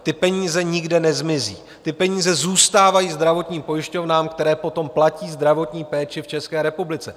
Ty peníze nikde nezmizí, ty peníze zůstávají zdravotním pojišťovnám, které potom platí zdravotní péči v České republice.